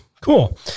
Cool